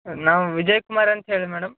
ನಾವು ವಿಜಯ್ ಕುಮಾರ್ ಅಂತ್ಹೇಳಿ ಮೇಡಮ್